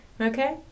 okay